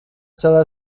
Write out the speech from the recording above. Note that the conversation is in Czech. celé